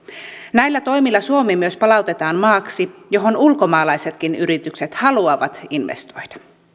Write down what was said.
näillä toimilla suomi myös palautetaan maaksi johon ulkomaalaisetkin yritykset haluavat investoida